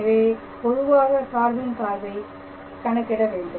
எனவே பொதுவாக சார்பின் சாய்வை கணக்கிட வேண்டும்